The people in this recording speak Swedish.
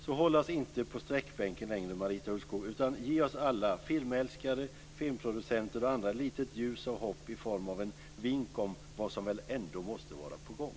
Håll oss därför inte på sträckbänken längre, Marita Ulvskog, utan ge oss alla - filmälskare, filmproducenter och andra - lite ljus och hopp i form av en vink om vad som väl ändå måste vara på gång.